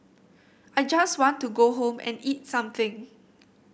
I just want to go home and eat something